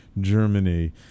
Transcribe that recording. Germany